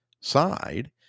side